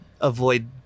avoid